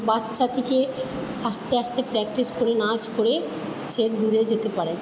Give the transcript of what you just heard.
বাচ্চা থেকে আস্তে আস্তে প্র্যাকটিস করে নাচ করে সে দূরে যেতে পারে